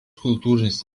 kultūrinis